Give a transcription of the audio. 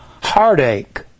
heartache